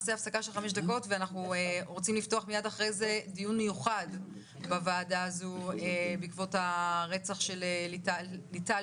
ומיד לאחר מכן נפתח דיון מיוחד בעקבות הרצח של ליטל